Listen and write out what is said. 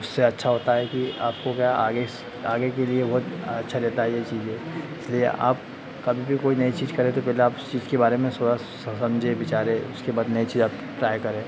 उससे अच्छा होता है कि आपको क्या आगे आगे के लिए बहुत अच्छा रहता है यह चीज़ें इसलिए आप कभी भी कोई नई चीज़ करें तो पहले आप उस चीज़ के बारे में थोड़ा सा समझे विचारें उसके बाद नई चीज आप ट्राई करें